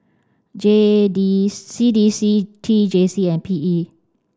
J D C D C T J C and P E